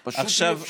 ככה, פשוט אי-אפשר.